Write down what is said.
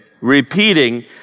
Repeating